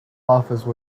office